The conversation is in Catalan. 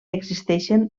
existeixen